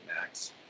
max